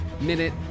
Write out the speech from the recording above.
minute